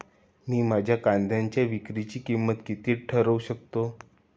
मी माझ्या कांद्यांच्या विक्रीची किंमत किती ठरवू शकतो?